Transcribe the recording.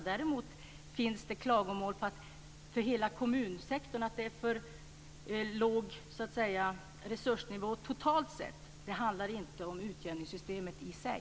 Däremot finns det klagomål på hela kommunsektorn, att det är för litet resurser totalt sett. Det handlar inte om utjämningssystemet i sig.